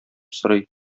сорый